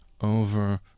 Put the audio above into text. over